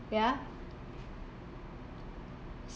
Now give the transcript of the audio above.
ya